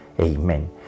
Amen